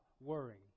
worrying